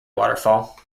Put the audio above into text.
waterfall